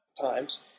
times